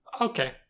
Okay